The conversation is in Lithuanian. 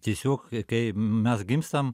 tiesiog kai mes gimstam